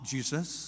Jesus